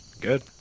Good